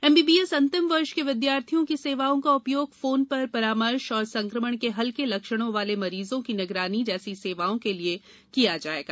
M B B S अंतिम वर्ष के विद्यार्थियों की सेवाओं का उपयोग फोन पर परामर्श और संक्रमण के हल्के लक्षणों वाले मरीजों की निगरानी जैसी सेवाओं के लिए किए जाएगा